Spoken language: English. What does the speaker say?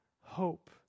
hope